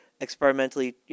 experimentally